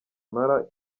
impala